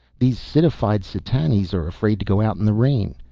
these citified setanians are afraid to go out in the rain.